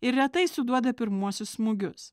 ir retai suduoda pirmuosius smūgius